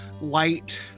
light